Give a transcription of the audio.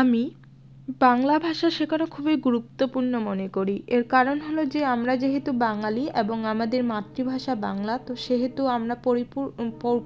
আমি বাংলা ভাষাটা শেখাটা খুবই গুরুত্বপূর্ণ মনে করি এর কারণ হলো যে আমরা যেহেতু বাঙালি এবং আমাদের মাতৃভাষা বাংলা তো সেহেতু আমরা